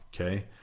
okay